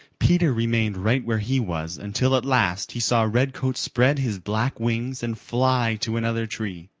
peter remained right where he was until at last he saw redcoat spread his black wings and fly to another tree.